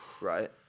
Right